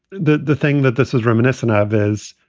the the thing that this is reminiscent of is,